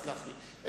סלח לי.